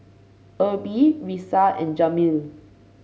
Erby Risa and Jameel